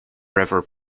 river